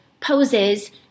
poses